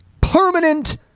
permanent